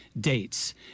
dates